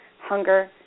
hunger